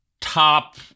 top